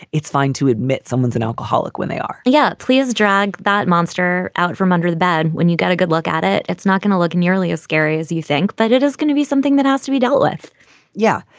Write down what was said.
it's fine to admit someone's an alcoholic when they are yeah. please drag that monster out from under the bed when you got a good look at it. it's not going to look nearly as scary as you think that but it is going to be something that has to be dealt with yeah.